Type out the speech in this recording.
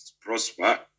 prosper